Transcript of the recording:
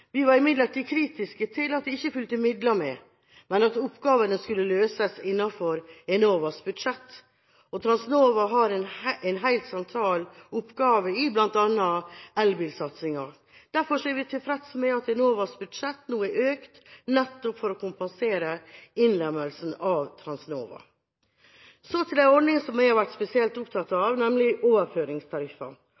Vi var imidlertid kritiske til at det ikke fulgte midler med, men at oppgavene skulle løses innenfor Enovas budsjett. Transnova har en helt sentral oppgave i bl.a. elbilsatsinga. Derfor er vi tilfreds med at Enovas budsjett nå er økt, nettopp for å kompensere for innlemmelsen av Transnova. Så til en ordning som jeg har vært spesielt opptatt